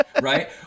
Right